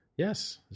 Yes